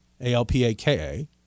A-L-P-A-K-A